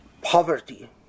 poverty